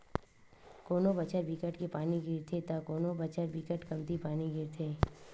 कोनो बछर बिकट के पानी गिरथे त कोनो बछर बिकट कमती पानी गिरथे